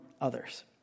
others